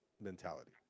mentality